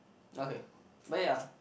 okay but ya